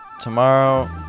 tomorrow